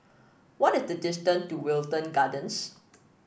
what is the distance to Wilton Gardens